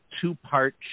two-part